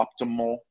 optimal